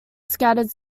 scattered